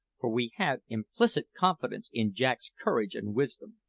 for we had implicit confidence in jack's courage and wisdom.